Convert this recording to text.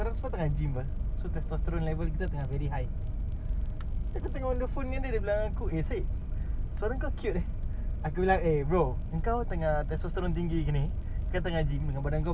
dia gegek dia dengar takde maksud aku suara kau macam radio punya orang ah can make it dia bilang aku aku pula sia you can make it radio punya orang suara bagi aku it's very hard to get a radio voice